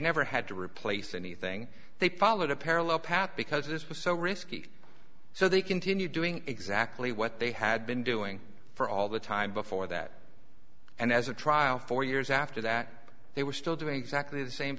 never had to replace anything they followed a parallel path because it was so risky so they continued doing exactly what they had been doing for all the time before that and as a trial four years after that they were still doing exactly the same